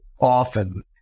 often